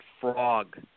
frog